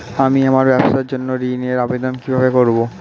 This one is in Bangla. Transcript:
আমি আমার ব্যবসার জন্য ঋণ এর আবেদন কিভাবে করব?